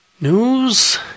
news